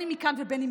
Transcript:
אם מכאן ואם מכאן.